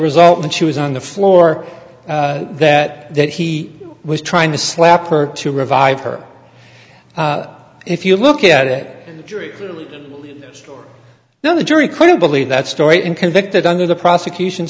result when she was on the floor that that he was trying to slap her to revive her if you look at it now the jury couldn't believe that story and convicted under the prosecution